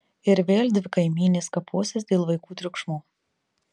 ir vėl dvi kaimynės kaposis dėl vaikų triukšmo